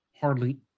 hardly